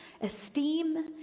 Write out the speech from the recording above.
esteem